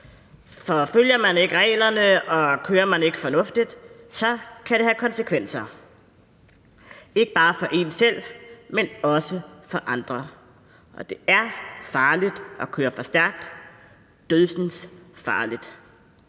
For følger man ikke reglerne og kører man ikke fornuftigt, kan det have konsekvenser – ikke bare for en selv, men også for andre. Det er farligt at køre for stærkt, dødsensfarligt.